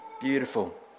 beautiful